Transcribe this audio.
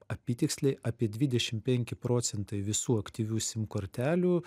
apytiksliai apie dvidešim penki procentai visų aktyvių sim kortelių